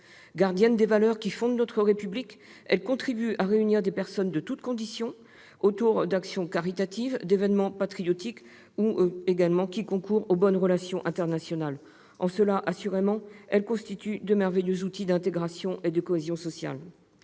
Gardiennes des valeurs qui fondent notre République, elles contribuent à réunir des personnes de toutes conditions autour d'actions caritatives, d'événements patriotiques ou concourant aux bonnes relations internationales. En cela, elles constituent assurément de merveilleux outils d'intégration et de cohésion sociale.